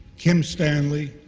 kim stanley,